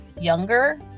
younger